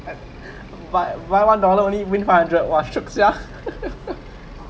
buy buy one dollar only win five hundred !wah! shiok sia